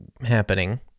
happening